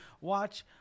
Watch